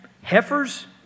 Heifers